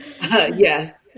yes